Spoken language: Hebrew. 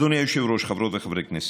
אדוני היושב-ראש, חברות וחברי כנסת,